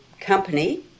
company